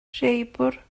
rheibiwr